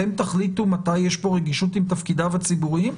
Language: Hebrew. אתם תחליטו מתי יש כאן רגישות עם תפקידיו הציבוריים?